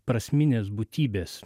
prasminės būtybės